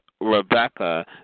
Rebecca